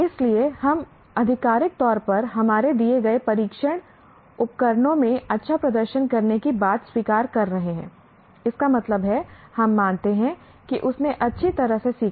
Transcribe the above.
इसलिए हम आधिकारिक तौर पर हमारे दिए गए परीक्षण उपकरणों में अच्छा प्रदर्शन करने की बात स्वीकार कर रहे हैं इसका मतलब है हम मानते हैं कि उसने अच्छी तरह से सीखा है